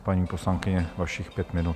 Paní poslankyně, vašich pět minut.